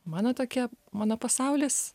mano tokia mano pasaulis